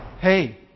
Hey